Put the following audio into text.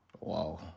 Wow